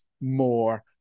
more